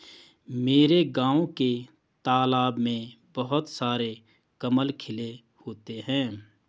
मेरे गांव के तालाब में बहुत सारे कमल खिले होते हैं